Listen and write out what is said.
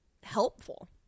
helpful